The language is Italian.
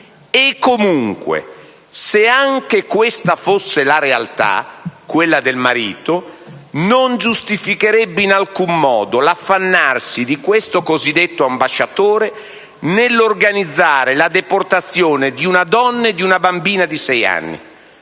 Comunque, se anche questa fosse la realtà (quella del marito), non giustificherebbe in alcun modo l'affannarsi di questo cosiddetto ambasciatore nell'organizzare la deportazione di una donna e di una bambina di sei anni.